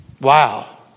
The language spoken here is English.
Wow